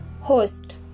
host